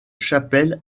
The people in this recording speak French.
chapelle